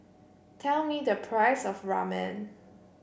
tell me the price of Ramen